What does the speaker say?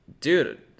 Dude